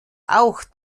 auch